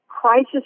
crisis